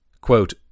Quote